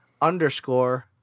underscore